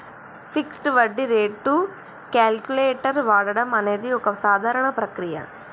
fixed వడ్డీ rate calculator వాడడం అనేది ఒక సాధారణ ప్రక్రియ